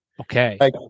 Okay